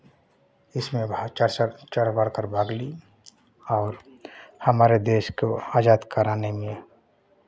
इसमें भाग चढ़ बढ़ कर भाग ली और हमारे देश को आज़ाद कराने में